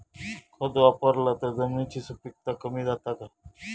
खत वापरला तर जमिनीची सुपीकता कमी जाता काय?